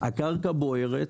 הקרקע בוערת.